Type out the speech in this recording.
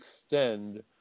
extend